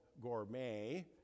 gourmet